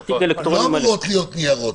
לא אמורים להיות ניירות.